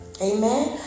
Amen